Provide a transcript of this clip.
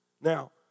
Now